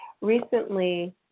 recently